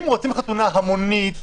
אם רוצים חתונה המונית,